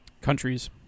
countries